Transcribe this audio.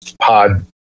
pod